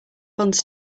funds